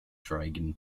dragon